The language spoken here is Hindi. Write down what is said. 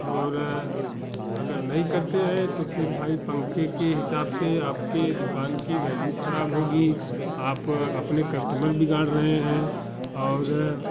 और अगर नहीं करते है तो फिर भाई पंखे के हिसाब से आपकी दुकान की वैल्यू खराब होगी आप अपने कस्टमर कस्टमर बिगाड़ रहे हैं और